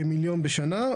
כמיליון בשנה,